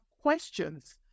questions